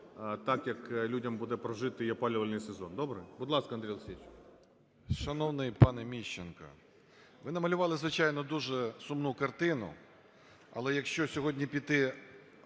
так, як людям буде прожити і опалювальний сезон. Добре? Будь ласка, Андрій Олексійович.